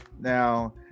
Now